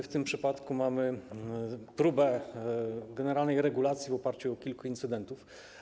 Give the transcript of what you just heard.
W tym przypadku mamy próbę generalnej regulacji w oparciu o kilka incydentów.